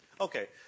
Okay